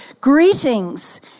Greetings